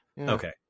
Okay